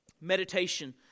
Meditation